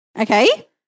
Okay